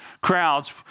crowds